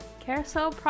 Carousel